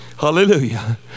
hallelujah